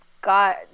god